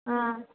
ஆ